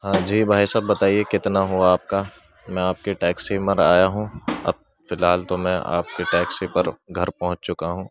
ہاں جی بھائی صاحب بتائیے کتنا ہوا آپ کا میں آپ کی ٹیکسی آیا ہوں اب فی الحال تو میں آپ کی ٹیکسی پر گھر پہنچ چکا ہوں